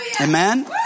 Amen